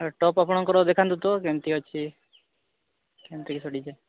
top ଆପଣଙ୍କର ଦେଖାନ୍ତୁ ତ କେମିତି ଅଛି କେମିତି ଡିଜାଇନ୍